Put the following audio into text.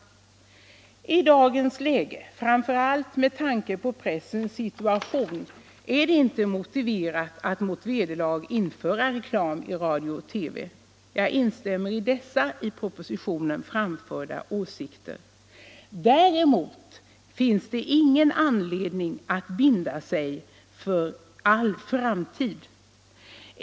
I dagens läge, framför allt med tanke på pressens situation, är det inte motiverat att mot vederlag införa reklam i radio och TV. Jag instämmer i denna i propositionen framförda åsikt. Däremot finns det ingen anledning att binda sig för all framtid.